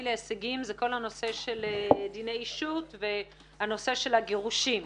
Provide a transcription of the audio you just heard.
להישגים בכל הנושא של דיני אישות והנושא של הגירושין.